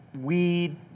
weed